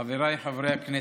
חבריי חברי הכנסת,